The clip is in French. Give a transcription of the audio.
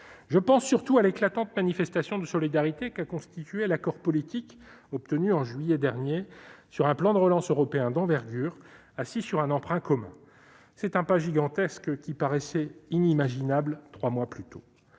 Je pense surtout à l'éclatante manifestation de solidarité qu'a constitué l'accord politique obtenu en juillet dernier sur un plan de relance européen d'envergure, assis sur un emprunt commun. C'est un pas gigantesque, qui paraissait inimaginable trois mois plus tôt.